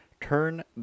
Turn